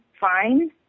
fine